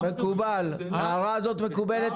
ההערה הזאת מקובלת